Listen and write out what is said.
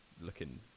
looking